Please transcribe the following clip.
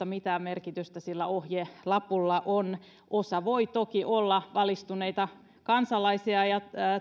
mitä merkitystä sillä ohjelapulla on osa voi toki olla valistuneita kansalaisia ja